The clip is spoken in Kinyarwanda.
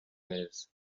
neza